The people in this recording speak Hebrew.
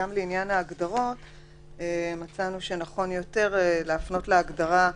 בעניין ההגדרות מצאנו שנכון יותר להפנות להגדרה הזאת: